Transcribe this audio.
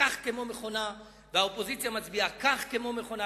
כך כמו מכונה והאופוזיציה מצביעה כך כמו מכונה.